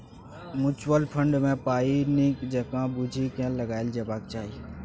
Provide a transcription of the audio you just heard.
mutual fund मे पाइ नीक जकाँ बुझि केँ लगाएल जेबाक चाही